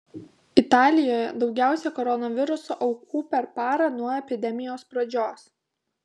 italijoje daugiausiai koronaviruso aukų per parą nuo epidemijos pradžios